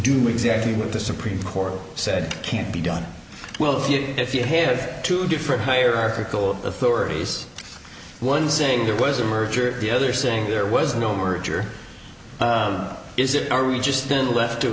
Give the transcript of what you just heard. do exactly what the supreme court said can't be done well if you if you have two different hierarchical authorities one saying there was a merger the other saying there was no merger is it are we just been left to